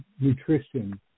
nutrition